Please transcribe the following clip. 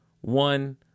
one